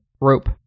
rope